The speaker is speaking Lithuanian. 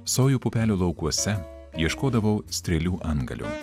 sojų pupelių laukuose ieškodavau strėlių antgalių